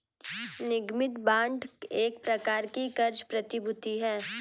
निगमित बांड एक प्रकार की क़र्ज़ प्रतिभूति है